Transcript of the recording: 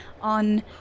on